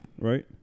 right